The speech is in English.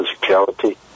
physicality